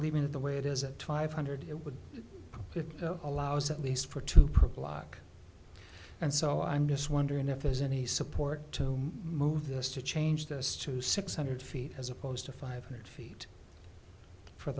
leave in the way it is a five hundred it would it allows at least for two and so i'm just wondering if there's any support to move this to change this to six hundred feet as opposed to five hundred feet for